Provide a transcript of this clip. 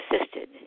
assisted